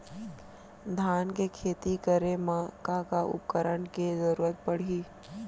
धान के खेती करे मा का का उपकरण के जरूरत पड़हि?